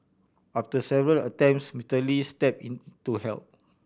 after several attempts Mister Lee step in to help